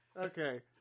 okay